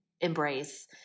embrace